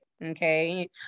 Okay